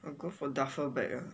I go for duffel bag lah